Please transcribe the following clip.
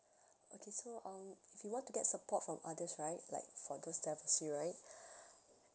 okay so um if we want to get support from others right like for those divorcee right